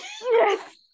Yes